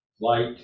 Light